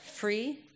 Free